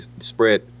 spread